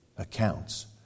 accounts